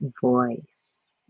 voice